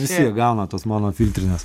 visi gauna tos mano filtrinės